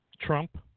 Trump